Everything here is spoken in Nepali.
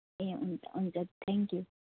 ए हुन्छ हुन्छ थ्याङ्क यू